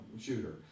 shooter